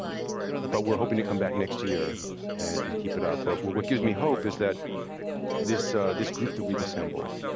but we're hoping to come back next year and keep it up. but what what gives me hope is that this this group that we've assembled,